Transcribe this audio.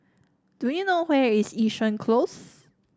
do you know where is Yishun Close